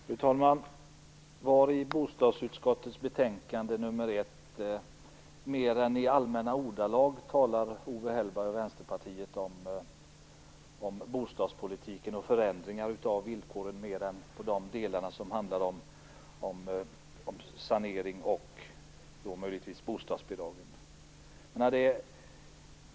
Fru talman! Var i bostadsutskottets betänkande nr 1 talar Owe Hellberg och Vänsterpartiet i mer än allmänna ordalag om bostadspolitiken och förändringar av villkoren utöver de delar som handlar om sanering och möjligtvis bostadsbidragen?